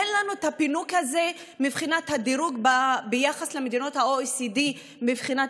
אין לנו את הפינוק הזה מבחינת הדירוג ביחס למדינות ה-OECD מבחינת